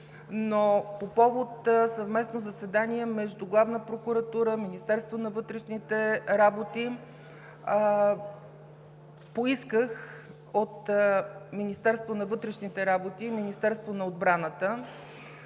но по повод съвместно заседание между Главна прокуратура и Министерството на вътрешните работи поисках от Министерството на вътрешните работи и Министерството на отбраната